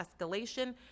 escalation